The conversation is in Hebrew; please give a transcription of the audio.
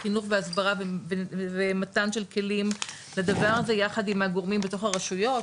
חינוך והסברה ומתן של כלים לדבר הזה יחד עם הגורמים בתוך הרשויות,